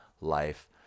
life